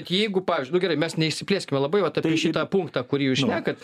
jeigu pavyzdžiui nu gerai mes neišsiplėsime labai vat apie šitą punktą kurį jūs šnekat